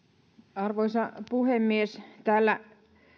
arvoisa puhemies täällä